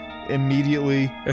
immediately